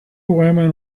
women